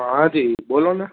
હા જી બોલોને